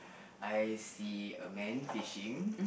I see a man fishing